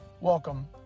welcome